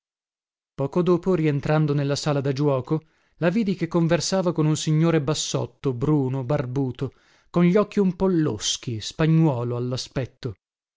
poco dopo rientrando nella sala da giuoco la vidi che conversava con un signore bassotto bruno barbuto con gli occhi un po loschi spagnuolo